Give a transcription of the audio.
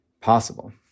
possible